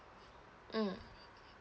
mm